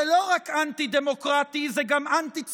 זה לא רק אנטי-דמוקרטי, זה גם אנטי-ציוני,